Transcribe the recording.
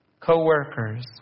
Co-workers